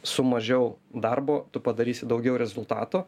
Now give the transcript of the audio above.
su mažiau darbo tu padarysi daugiau rezultato